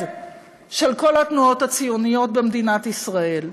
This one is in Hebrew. של כל התנועות הציוניות במדינת ישראל.